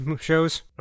shows